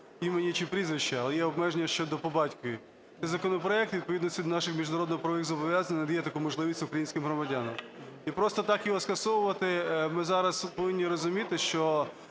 імені чи прізвища, але є обмеження щодо по батькові. Цей законопроект у відповідності до наших міжнародно-правових зобов'язань надає таку можливість українським громадянам. І просто так його скасовувати, ми зараз повинні розуміти, що